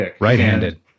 right-handed